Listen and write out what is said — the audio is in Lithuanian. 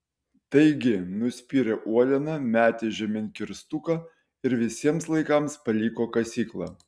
taigi nuspyrė uolieną metė žemėn kirstuką ir visiems laikams paliko kasyklą